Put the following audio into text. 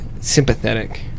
sympathetic